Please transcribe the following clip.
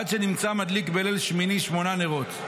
עד שנמצא מדליק בליל שמיני שמונה נרות.